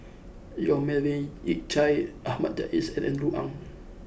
Yong Melvin Yik Chye Ahmad Jais and Andrew Ang